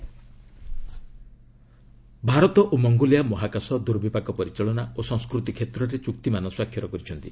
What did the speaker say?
India Mongolia Bharat ଓ Mongolia ମହାକାଶ ଦୁର୍ବିପାକ ପରିଚାଳନା ଓ ସଂସ୍କୃତି କ୍ଷେତ୍ରରେ ଚୁକ୍ତିମାନ ସ୍ୱାକ୍ଷର କରିଛନ୍ତି